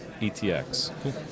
ETX